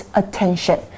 attention